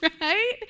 right